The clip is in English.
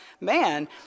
man